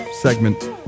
segment